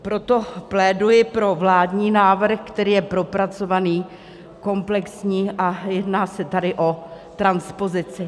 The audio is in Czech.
Proto pléduji pro vládní návrh, který je propracovaný, komplexní a jedná se tady o transpozici.